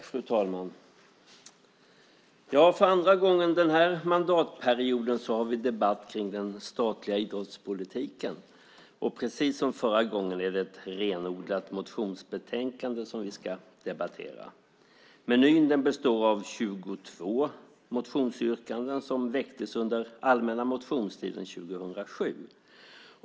Fru talman! För andra gången den här mandatperioden har vi en debatt om den statliga idrottspolitiken. Precis som förra gången är det ett renodlat motionsbetänkande som vi ska debattera. Menyn består av 22 motioner som väcktes under allmänna motionstiden 2007.